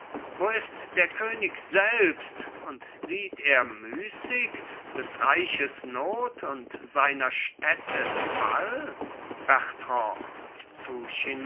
wo ist der könig selbst und sieht er müßig des reiches not und seiner städte fall bertrand zu